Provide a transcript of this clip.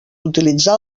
utilitzar